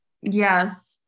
Yes